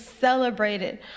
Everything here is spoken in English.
celebrated